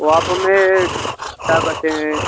वो आप हमें क्या कहते है